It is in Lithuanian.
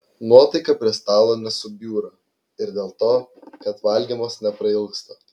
nuotaika prie stalo nesubjūra ir dėl to kad valgymas neprailgsta